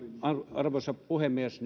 arvoisa puhemies